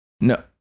No